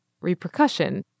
repercussion